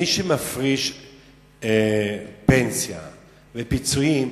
מי שמפריש פנסיה ופיצויים,